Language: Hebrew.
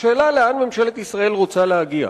השאלה היא לאן ממשלת ישראל רוצה להגיע.